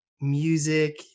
music